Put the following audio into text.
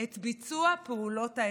את ביצוע פעולות האיבה.